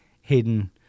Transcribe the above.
hidden